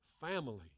family